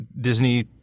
Disney